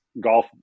golf